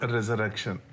Resurrection